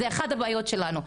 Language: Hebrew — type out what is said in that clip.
זאת אחת הבעיות שלנו.